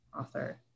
author